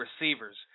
receivers